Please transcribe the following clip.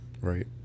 right